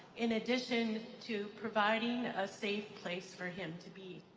in addition to providing a safe place for him to be.